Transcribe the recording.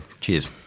cheers